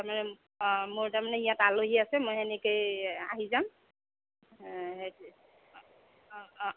তাৰমানে অ মোৰ তাৰমানে ইয়াত আলহী আছে মই সেনেকৈয়ে আহি যাম অ অ